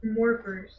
Morphers